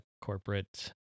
corporate